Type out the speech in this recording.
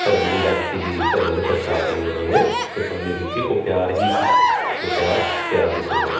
ਧਰਮ ਦੀ ਰਾਖੀ ਲਈ ਧਰਮ ਦੇ ਪ੍ਰਚਾਰ ਲਈ ਉਹਨਾਂ ਨੇ ਕੁਰਬਾਨੀ ਦਿੱਤੀ ਉਹ ਪਿਆਰ ਹੀ ਸੀ ਉਹ ਪਿਆਰ ਅਤੇ ਪਿਆਰ ਦੀ ਕੁਰਬਾਨੀ